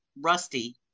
Rusty